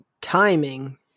timing